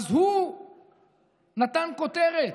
אז הוא נתן כותרת: